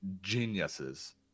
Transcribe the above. geniuses